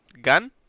Gun